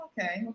okay